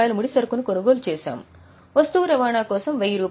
20000 ముడిసరుకును కొనుగోలు చేసాము వస్తువు రవాణా కోసం రూ